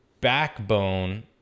backbone